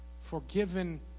forgiven